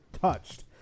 touched